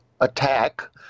attack